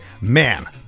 man